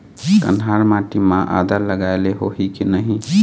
कन्हार माटी म आदा लगाए ले होही की नहीं?